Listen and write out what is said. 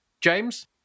James